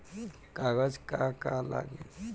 कागज का का लागी?